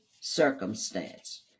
circumstance